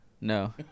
No